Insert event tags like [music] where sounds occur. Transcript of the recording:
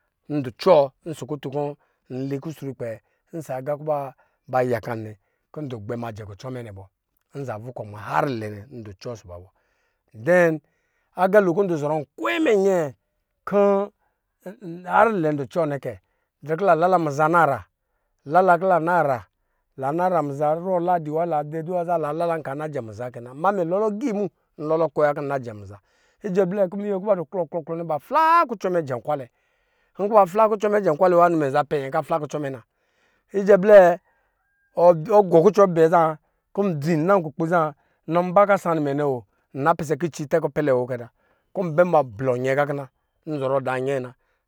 Ndu cwɔ ɔsɔ kutun kɔ nli kusrupcpɛ ɔsɔ aga ba yakan nɛ kɔ ndɔ gbɛ ma jɛ kucɔ mɛ nɛ bɔ nza vukɔ muna harlɛ. Dɛn aga lo kɔ mɛ du zɔrɔ nkɛvɛ mɛ nyɛ kɔ harlɛ ndu cwɔ nɛ kɛ, drɛ kɔ la nala muza nara ruwɔ ladi wa la dzi aduwa za lanala la na jɛ mwza, ma mɛ lolɔ gii mu mɛ lɔlɔ kwɛ wa kɔ nna jɛ mwza, ijɛ abli munyɛ kɔ ba du klɔ klɔ klɔ nɛ ba flaa kucɔ mɛ jɛ muza nkɔ ba fla kucɔ mɛ jɛnkwalɛ ni mɛ nza pɛ nyɛ kɔ a fla kucɔ mɛ na, blɛ ɔgɔ kucɔ bɛ za kɔ nna kukpi zaa mba kɔ asa rumɛ nɛ woo nna pisɛ kicitɛ kupɛlɛ kɔ n bɛ ma blɔ nyɛ gakina [unintelligible]